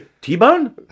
T-Bone